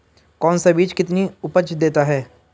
कौन सा बीज कितनी उपज देता है?